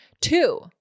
Two